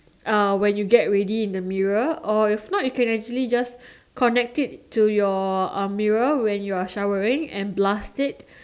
uh when you get ready in the mirror or if not you can actually just connect it to your um mirror when you are showering and just blast it